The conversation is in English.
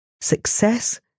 success